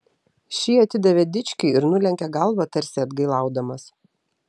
šį atidavė dičkiui ir nulenkė galvą tarsi atgailaudamas